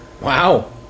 Wow